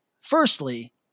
firstly